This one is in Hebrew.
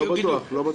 לא בטוח, לא בטוח.